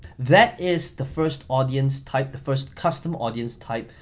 that is the first audience type, the first custom audience type.